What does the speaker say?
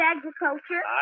Agriculture